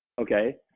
okay